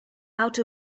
out